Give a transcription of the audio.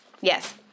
Yes